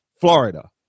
florida